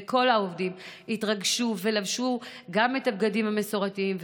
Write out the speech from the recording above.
וכל העובדים התרגשו ולבשו גם את הבגדים המסורתיים,